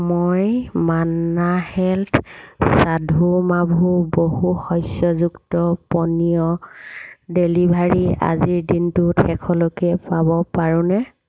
মই মান্না হেল্থ সাথু মাভু বহুশস্যযুক্ত পানীয়ৰ ডেলিভাৰী আজিৰ দিনটোত শেষলৈকে পাব পাৰোঁনে